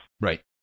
right